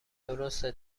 درسته